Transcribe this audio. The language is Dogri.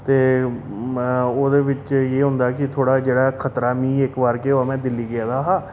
ते ओह्दे बिच केह् होंदी ऐ कि थोह्ड़ा जेह्ड़ा खतरा मी इक बार केह् होआ में दिल्ली गेदा हा